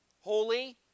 Holy